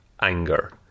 anger